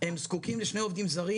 אלא בעלי היכולות המיוחדות.